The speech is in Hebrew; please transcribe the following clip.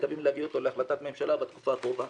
מתכוונים להביא אותו להחלטת ממשלה בתקופה הקרובה.